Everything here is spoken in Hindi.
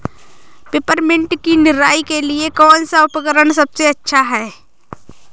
पिपरमिंट की निराई के लिए कौन सा उपकरण सबसे अच्छा है?